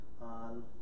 on